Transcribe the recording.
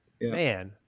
Man